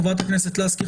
חברת הכנסת גבי לסקי,